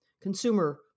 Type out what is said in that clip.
consumer